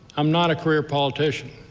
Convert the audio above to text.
i'm not a career politician.